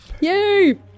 Yay